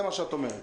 זה מה שאת אומרת.